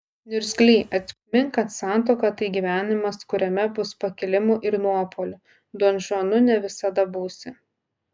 niurgzly atmink kad santuoka tai gyvenimas kuriame bus pakilimų ir nuopuolių donžuanu ne visada būsi